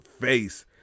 face